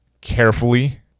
carefully